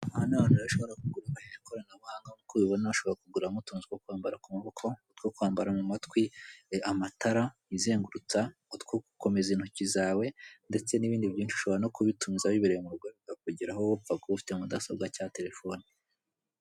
Aha ni ahantu ushobora kugurira ikoranabuhanga, nkuko ubibona ushobora kuguriramo utuntu two kwambara ku maboko, two kwambara mu matwi, amatara yizengurutsa, utwo gukomeza intoki zawe, ndetse n'ibindi byinshi. Ushobora no kubitumiza wibereye mu murwa bikakugeraho, upfa kuba ufite mudasobwa cya telefone.